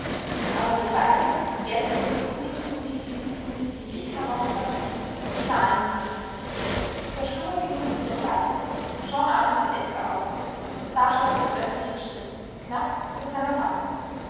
aber die beiden die jetzt durch die undurchdringliche finsternis den weg herauftasteten sahen ihn nicht verschlungen gingen sie vorbei schon atmete edgar auf da stockte plötzlich ihr schritt knapp vor seiner bank